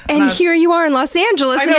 and here you are in los angeles, yeah